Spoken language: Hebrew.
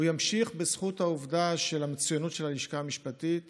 ימשיך בזכות המצוינות של הלשכה המשפטית